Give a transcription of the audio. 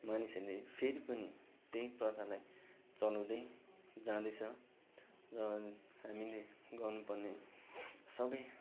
मानिसहरूले फेरि पनि त्यही प्रथालाई चलाउँदै जाँदैछ र हामीले गर्नुपर्ने सबै